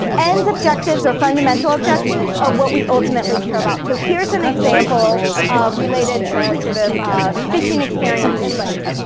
ends objectives or fundamental objectives are what we ultimately care about. so here's an example of related to sort of fishing experience and lakes.